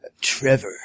Trevor